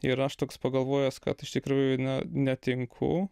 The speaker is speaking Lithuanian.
yra toks pagalvojęs kad iš tikrųjų ne netinku